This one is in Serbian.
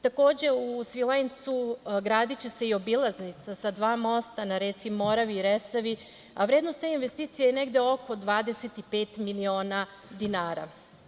Takođe u Svilajncu gradiće se i obilaznica sa dva mosta na reci Moravi i Resavi, a vrednost te investicije je negde oko 25 miliona dinara.